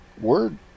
Word